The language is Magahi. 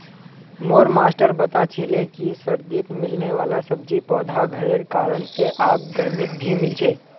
मोर मास्टर बता छीले कि सर्दित मिलने वाला सब्जि पौधा घरेर कारण से आब गर्मित भी मिल छे